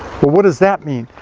what does that mean?